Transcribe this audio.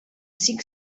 cinc